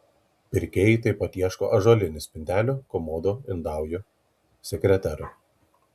pirkėjai taip pat ieško ąžuolinių spintelių komodų indaujų sekreterų